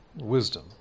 Wisdom